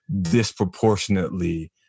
disproportionately